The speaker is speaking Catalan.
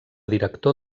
director